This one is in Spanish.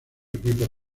equipo